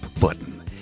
button